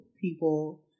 people